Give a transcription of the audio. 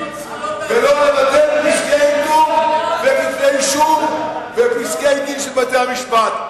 ולא לבטל כתבי-אישום ופסקי-דין של בתי-המשפט.